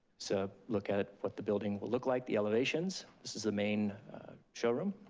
so look at what the building will look like, the elevations. this is the main showroom.